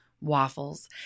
Waffles